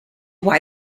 why